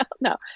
No